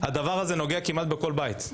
הדבר הזה נוגע כמעט בכל בית.